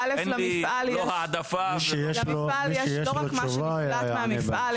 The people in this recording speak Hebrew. אין לי לא העדפה --- במפעל יש לא רק מה שנפלט מהמפעל,